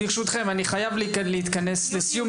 אני חייב להתכנס לסיום,